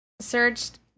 searched